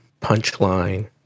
punchline